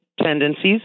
tendencies